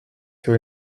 sur